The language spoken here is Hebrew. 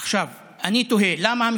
עכשיו, אני תוהה: א.